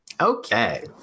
Okay